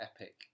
epic